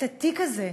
את התיק הזה,